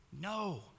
no